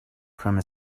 from